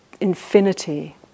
infinity